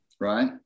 right